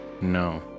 No